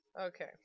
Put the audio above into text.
okay